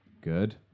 Good